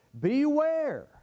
Beware